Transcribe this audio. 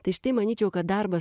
tai štai manyčiau kad darbas